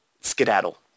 skedaddle